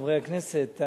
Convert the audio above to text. חברי הכנסת,